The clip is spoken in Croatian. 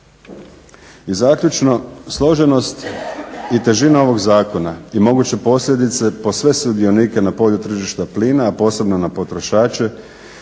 I zaključno složenost i težina ovog zakona i moguće posljedice po sve sudionike na polju tržišta plina a posebno na potrošače